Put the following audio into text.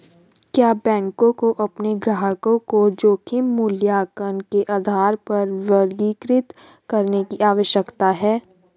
क्या बैंकों को अपने ग्राहकों को जोखिम मूल्यांकन के आधार पर वर्गीकृत करने की आवश्यकता है?